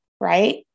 Right